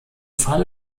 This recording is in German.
fall